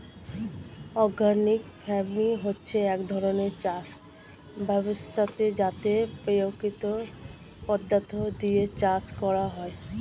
organic farming হচ্ছে এক ধরণের চাষ ব্যবস্থা যাতে প্রাকৃতিক পদার্থ দিয়ে চাষ করা হয়